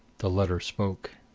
the letter spoke